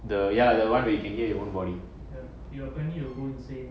the ya the one where you can get your own body ya apparently you would say